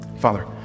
Father